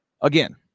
Again